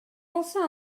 болсо